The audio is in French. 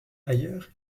ailleurs